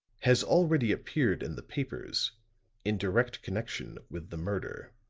has already appeared in the papers in direct connection with the murder.